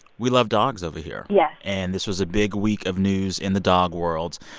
we love dogs over here yes and this was a big week of news in the dog world.